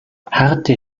harte